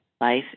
life